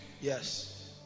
yes